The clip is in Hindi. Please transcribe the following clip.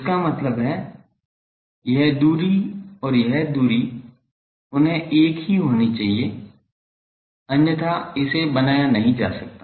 इसका मतलब है यह दूरी और यह दूरी उन्हें एक ही होनी चाहिए अन्यथा इसे बनाया नहीं जा सकता